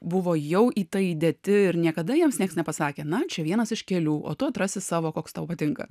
buvo jau į tai įdėti ir niekada jiems niekas nepasakė na čia vienas iš kelių o tu atrasi savo koks tau patinka